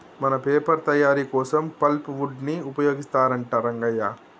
మన పేపర్ తయారీ కోసం పల్ప్ వుడ్ ని ఉపయోగిస్తారంట రంగయ్య